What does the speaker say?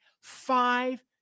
Five